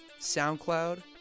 SoundCloud